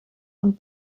und